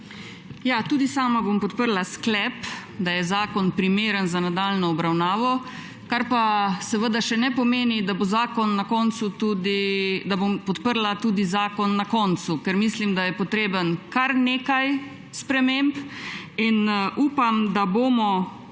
Tudi sama bom podprla sklep, da je zakon primeren za nadaljnjo obravnavo, kar pa seveda še ne pomeni, da bom podprla tudi zakon na koncu, ker mislim, da je potrebno narediti kar nekaj sprememb. Upam, da ga bomo